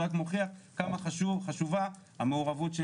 זה רק מוכיח כמה חשובה המעורבות של